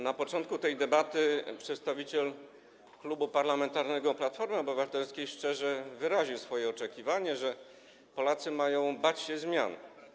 Na początku tej debaty przedstawiciel Klubu Parlamentarnego Platforma Obywatelska szczerze wyraził swoje oczekiwanie, że Polacy mają bać się zmian.